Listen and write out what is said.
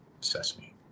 Sesame